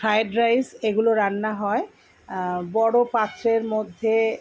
fried rice এগুলো রান্না হয় বড়ো পাত্রের মধ্যে